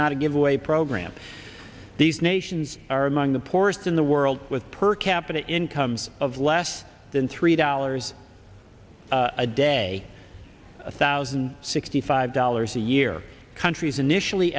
not a give away program these nations are among the poorest in the world with per capita incomes of less than three dollars a day a thousand sixty five dollars a year countries initially